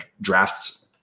drafts